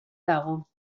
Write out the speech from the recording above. dago